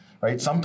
right